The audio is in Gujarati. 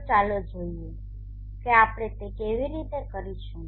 તો ચાલો જોઈએ કે આપણે તે કેવી રીતે કરીશું